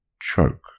choke